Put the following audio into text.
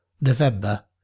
November